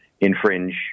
infringe